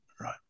Right